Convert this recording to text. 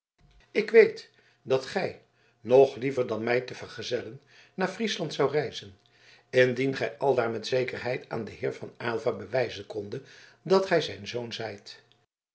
ik weet dat gij nog liever dan mij te vergezellen naar friesland zoudt reizen indien gij aldaar met zekerheid aan den heer van aylva bewijzen kondet dat gij zijn zoon zijt